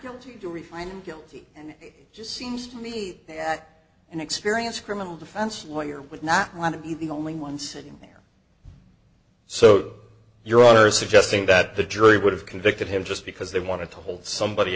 guilty to refine guilty and it just seems to me that an experience criminal defense lawyer would not want to be the only one sitting there so you're suggesting that the jury would have convicted him just because they want to hold somebody